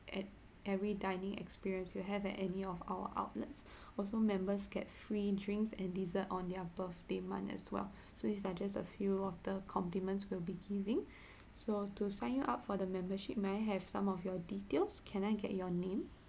at every dining experience you have at any of our outlets also members get free drinks and dessert on their birthday month as well so these are just a few of the compliments we'll be giving so to sign you up for the membership may I have some of your details can I get your name